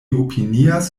opinias